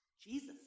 Jesus